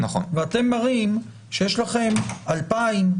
ואתם מראים שיש לכם 2,000,